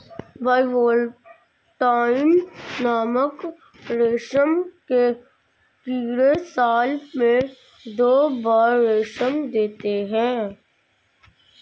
bivoltine नामक रेशम के कीड़े साल में दो बार रेशम देते है